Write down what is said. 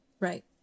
Right